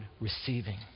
receiving